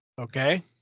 Okay